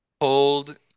Hold